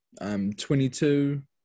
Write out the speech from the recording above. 22